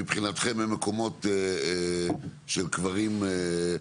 שמבחינתכם הם מקומות של קברים,